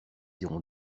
iront